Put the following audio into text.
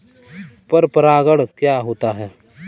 पर परागण क्या होता है?